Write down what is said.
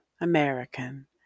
American